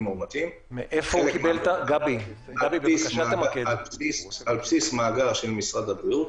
המאומתים על בסיס מאגר של משרד הבריאות,